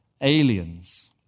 aliens